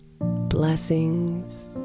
Blessings